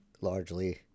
largely